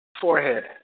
Forehead